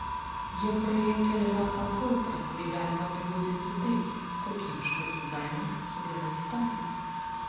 jie praėjo keleriopą filtrą kurį galima apibūdinti taip kokybiškas dizainas su gera istorija